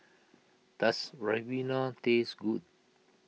does Ribena taste good